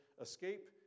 escape